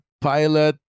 pilot